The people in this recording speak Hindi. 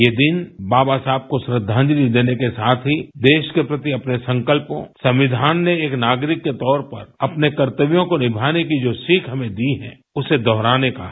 ये दिन बाबा साहेब आम्बेडकर को श्रद्धांजलि देने के साथ ही देश के प्रति अपने संकल्पों संविधान ने एक नागरिक के तौर पर अपने कर्तव्यों को निभाने की सीख जो हमें दी है उसे दोहराने का है